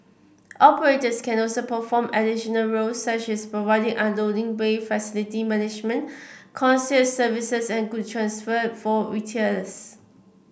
operators can also perform additional roles such as providing unloading bay facility management concierge services and goods transfer for retailers